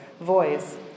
voice